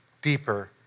deeper